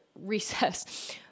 recess